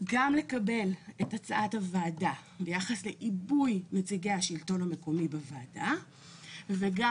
גם לקבל את הצעת הוועדה ביחס לעיבוי נציגי השלטון המקומי בוועדה וגם